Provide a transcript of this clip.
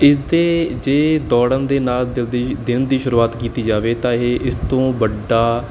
ਇਸਦੇ ਜੇ ਦੋੜਨ ਦੇ ਨਾਲ ਦਿਲ ਦੀ ਦਿਨ ਦੀ ਸ਼ੁਰੂਆਤ ਕੀਤੀ ਜਾਵੇ ਤਾਂ ਇਹ ਇਸ ਤੋਂ ਵੱਡਾ